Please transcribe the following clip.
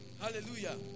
Hallelujah